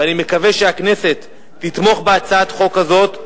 ואני מקווה שהכנסת תתמוך בהצעת החוק הזאת,